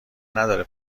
نداره